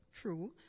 True